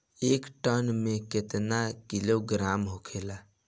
एक टन मे केतना किलोग्राम होखेला?